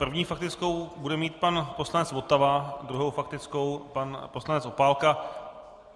První faktickou bude mít pan poslanec Votava, druhou faktickou pan poslanec Opálka.